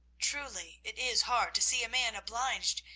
truly it is hard to see a man obliged,